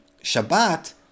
Shabbat